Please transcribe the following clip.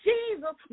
Jesus